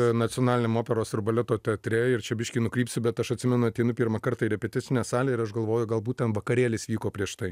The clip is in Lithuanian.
nacionaliniam operos ir baleto teatre ir čia biškį nukrypsiu bet aš atsimenu ateinu pirmą kartą į repeticinę salę ir aš galvoju galbūt ten vakarėlis vyko prieš tai